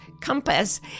compass